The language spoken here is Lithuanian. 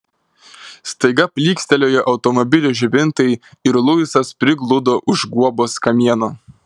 staiga plykstelėjo automobilio žibintai ir luisas prigludo už guobos kamieno